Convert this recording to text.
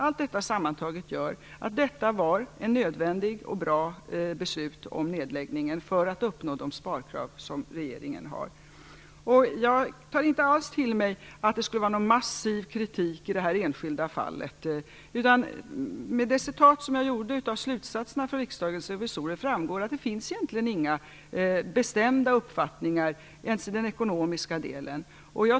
Allt detta sammantaget gör att beslutet om en nedläggning var nödvändigt och bra för att uppnå de sparkrav som regeringen har. Jag tar inte alls till mig att det skulle vara en massiv kritik i det här enskilda fallet. Av det som jag återgav av slutsatserna från Riksdagens revisorer framgår att det finns egentligen inga bestämda uppfattningar ens i den ekonomiska delen.